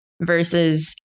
versus